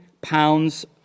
pounds